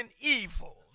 evil